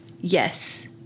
Yes